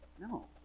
No